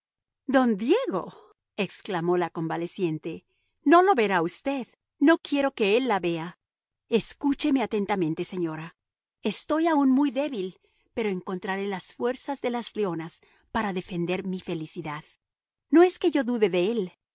don diego exclamó la convaleciente no lo verá usted no quiero que él la vea escúcheme atentamente señora estoy aún muy débil pero encontraré las fuerzas de las leonas para defender mi felicidad no es que yo dude de él